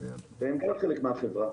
והם גם חלק מהחברה.